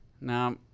Now